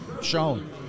shown